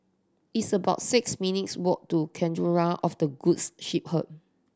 it's about six minutes' walk to Cathedral of the Goods Shepherd